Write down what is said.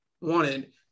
wanted